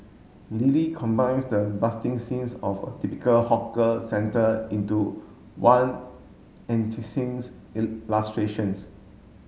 Lily combines the busting scenes of a typical hawker centre into one